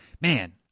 man